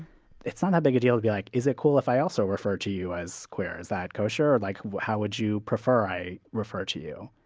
it's not that big a deal to be like, is it cool if i also refer to you as queer? is that kosher? like how would you prefer i refer to you?